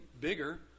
bigger